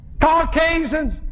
Caucasians